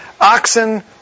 oxen